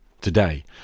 Today